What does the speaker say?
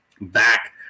back